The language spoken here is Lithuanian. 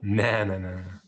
ne ne ne